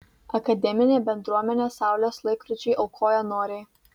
akademinė bendruomenė saulės laikrodžiui aukojo noriai